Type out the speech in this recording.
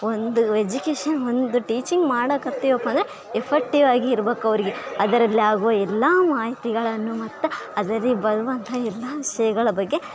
ಒಂದು ವೆಜುಕೇಶನ್ ಒಂದು ಟೀಚಿಂಗ್ ಮಾಡಾಕೆ ಹೊಗ್ತೀವಪ್ಪ ಅಂದರೆ ಎಫಾಕ್ಟಿವ್ ಆಗಿರಬೇಕು ಅವರಿಗೆ ಅದರಲ್ಲಿ ಆಗುವ ಎಲ್ಲ ಮಾಹಿತಿಗಳನ್ನು ಮತ್ತು ಅದರಲ್ಲಿ ಬರುವಂಥ ಎಲ್ಲಾ ವಿಷಯಗಳ ಬಗ್ಗೆ